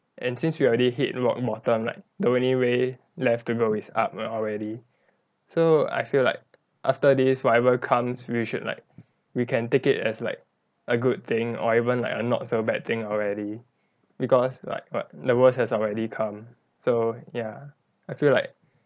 and since we already hit rock bottom like the way left to go is up already so I feel like after this whatever comes we should like we can take it as like a good thing or even like a not so bad thing already because like what the worst has already come so ya I feel like